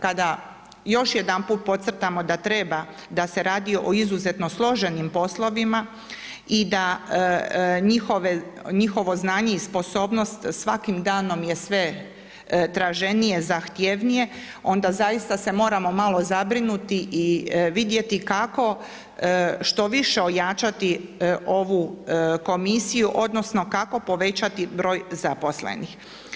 Tada još jedanput da podcrtamo da treba, da se radi o izuzetnom složenim poslovima i da njihovo znanje i sposobnost svakim danom je sve traženije, zahtjevnije, onda zaista se moramo malo zabrinuti i vidjeti kako što više ojačati ovu komisiju odnosno kako povećati broj zaposlenih.